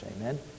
amen